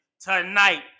tonight